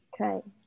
okay